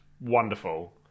wonderful